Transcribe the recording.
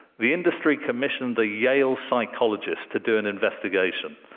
the industry commissioned a yale psychologist to do an investigation.